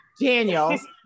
Daniels